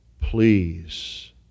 Please